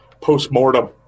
Post-mortem